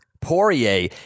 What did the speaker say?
Poirier